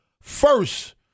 first